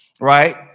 right